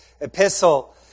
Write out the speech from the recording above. epistle